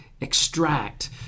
extract